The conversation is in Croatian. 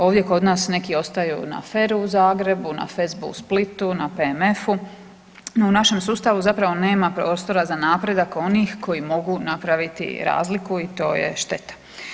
Ovdje kod nas neki ostaju na FER-u u Zagrebu, na FESB-u u Splitu, na PMF-u, no u našem sustavu zapravo nema prostora za napredak onih koji mogu napraviti razliku i to je šteta.